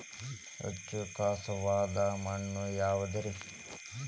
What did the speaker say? ಹೆಚ್ಚು ಖಸುವಾದ ಮಣ್ಣು ಯಾವುದು ರಿ?